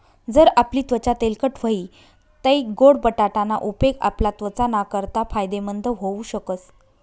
जर आपली त्वचा तेलकट व्हयी तै गोड बटाटा ना उपेग आपला त्वचा नाकारता फायदेमंद व्हऊ शकस